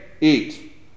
eat